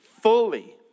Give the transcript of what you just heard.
fully